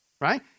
right